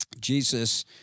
Jesus